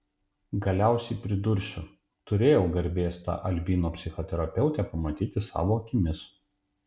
galiausiai pridursiu turėjau garbės tą albino psichoterapeutę pamatyti savo akimis